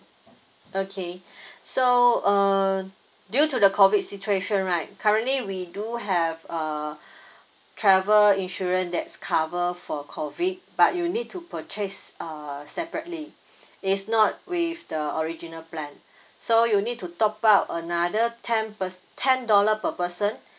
okay so uh due to the COVID situation right currently we do have uh travel insurance that's cover for COVID but you need to purchase uh separately it's not with the original plan so you need to top up another ten per ten dollar per person